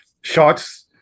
shots